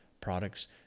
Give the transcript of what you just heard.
products